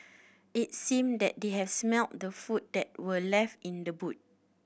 it seemed that they had smelt the food that were left in the boot